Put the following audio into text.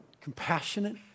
compassionate